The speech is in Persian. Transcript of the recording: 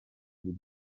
بود